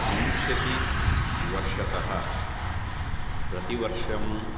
विंशतिवर्षतः प्रतिवर्षं